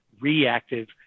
reactive